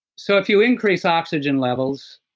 so if you increase oxygen levels,